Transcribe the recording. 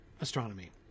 astronomy